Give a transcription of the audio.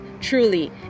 truly